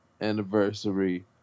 anniversary